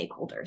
stakeholders